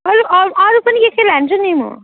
अरू अरू पनि के के लान्छु नि म